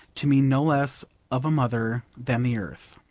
to me no less of a mother than the earth.